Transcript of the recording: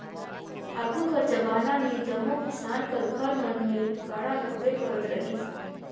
आघु कर जबाना मे जम्मो किसान कर घर मन मे गाड़ा रहबे करत रहिस